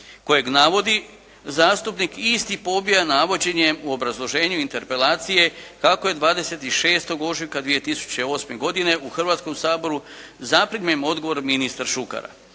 kojeg navodi zastupnik isti pobija navođenjem u obrazloženju interpelacije kako je 26. ožujka 2008. godine u Hrvatskom saboru zaprimljen odgovor ministra Šukera